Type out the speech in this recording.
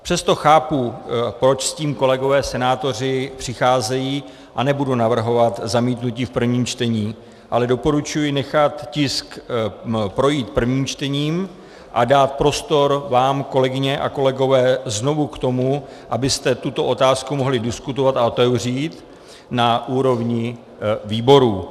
Přesto chápu, proč s tím kolegové senátoři přicházejí, a nebudu navrhovat zamítnutí v prvním čtení, ale doporučuji nechat tisk projít prvním čtením a dát prostor vám, kolegyně a kolegové, znovu k tomu, abyste tuto otázku mohli diskutovat a otevřít na úrovni výborů.